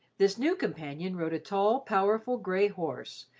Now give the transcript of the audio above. this new companion rode a tall, powerful grey horse,